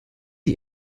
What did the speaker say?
die